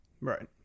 right